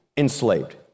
enslaved